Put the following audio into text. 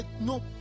no